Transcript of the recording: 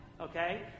Okay